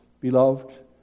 beloved